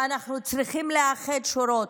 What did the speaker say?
ואנחנו צריכים לאחד שורות.